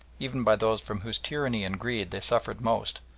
even by those from whose tyranny and greed they suffered most,